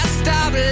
stop